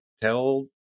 tell